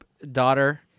daughter